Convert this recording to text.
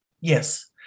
Yes